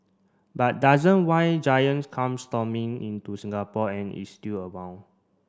but doesn't why Giant comes stomping into Singapore and is still around